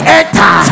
enter